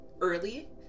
early